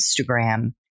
Instagram